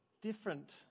different